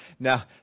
Now